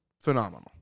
phenomenal